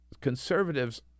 conservatives